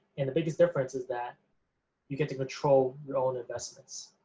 and the biggest difference is that you get to control your own investments.